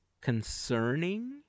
concerning